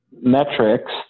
metrics